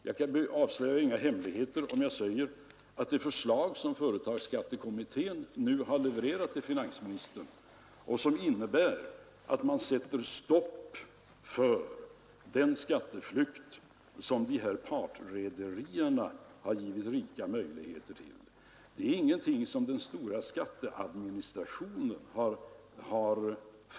Jag avslöjar inga hemligheter om jag säger, att det förslag som företagsskattekommittén nu har levererat till finansministern och som innebär, att man sätter stopp för den skatteflykt som partrederierna givit rika möjligheter till, inte är något som har aktualiserats av den stora skatteadministrationen.